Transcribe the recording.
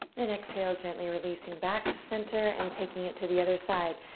and exhale gently, releasing back to center, and taking it to the other side.